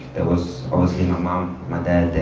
there was obviously my mom, my dad,